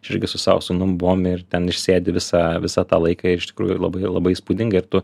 aš irgi su savo sūnum buvom ir ten išsėdi visą visą tą laiką iš tikrųjų ir labai labai įspūdinga ir tu